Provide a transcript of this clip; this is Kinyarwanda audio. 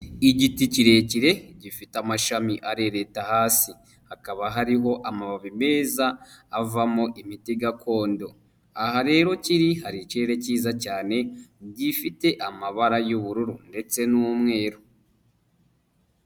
Igiti kirekire gifite amashami arereta hasi, hakaba hariho amababi meza avamo imiti gakondo, aha rero kiri hari ikirere cyiza cyane gifite amabara y'ubururu ndetse n'umweru.